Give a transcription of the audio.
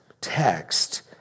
text